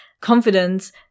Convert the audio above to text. confidence